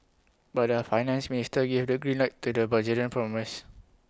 but their finance ministers gave the green light to the Bulgarian promise